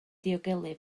diogelu